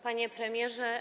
Panie Premierze!